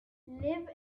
live